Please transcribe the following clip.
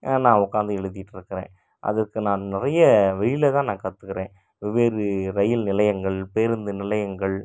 நான் உட்காந்து எழுதிட்டுருக்குறேன் அதற்கு நான் நிறைய வெளியில் தான் நான் கற்றுக்குறேன் வெவ்வேறு ரயில் நிலையங்கள் பேருந்து நிலையங்கள்